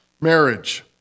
marriage